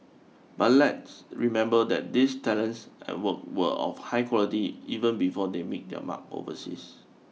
but let's remember that these talents and work were of high quality even before they made their mark overseas